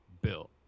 bill